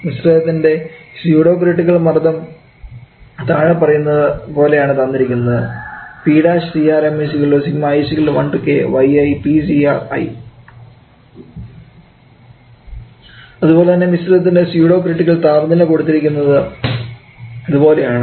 മിശ്രിതത്തിൻറെ pseudo critical മർദ്ദം താഴെ പറയുന്നതു പോലെയാണ് തന്നിരിക്കുന്നത് അതുപോലെതന്നെ മിശ്രിതത്തിന്റെ സ്യൂഡോ ക്രിട്ടിക്കൽ താപനില താഴെ കൊടുത്തിരിക്കുന്നത് പോലെയാണ്